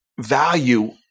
value